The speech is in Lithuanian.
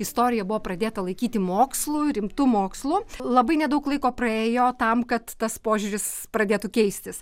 istorija buvo pradėta laikyti mokslu rimtu mokslu labai nedaug laiko praėjo tam kad tas požiūris pradėtų keistis